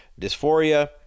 dysphoria